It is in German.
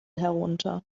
herunter